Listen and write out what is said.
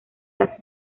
las